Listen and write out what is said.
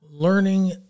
Learning